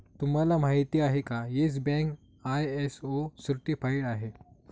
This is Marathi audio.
तुम्हाला माहिती आहे का, येस बँक आय.एस.ओ सर्टिफाइड आहे